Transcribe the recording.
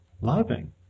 loving